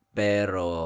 pero